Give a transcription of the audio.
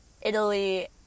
Italy